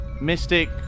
mystic